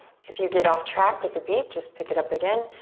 if you get off track with the beat, just pick it up again.